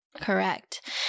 Correct